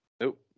Nope